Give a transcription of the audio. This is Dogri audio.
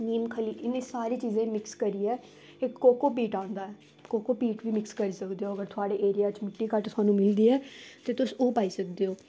नीम खली इ'नें सारी चीजें गी मिक्स करियै इक कोकोपीट आंदा ऐ कोकोपीट बी मिक्स करी सकदे ओ अगर थुआढ़े एरिया च मिट्टी घट्ट थुआनूं मिलदी ऐ ते तुस ओह् पाई सकदे ओ